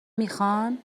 میخان